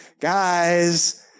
guys